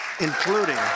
including